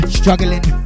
struggling